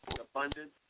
abundance